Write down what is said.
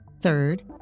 Third